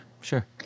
sure